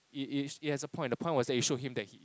it it has a point the point was that it showed him that he